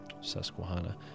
Susquehanna